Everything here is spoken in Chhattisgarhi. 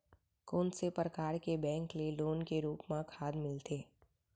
कोन से परकार के बैंक ले लोन के रूप मा खाद मिलथे?